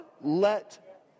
let